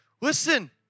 Listen